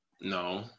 No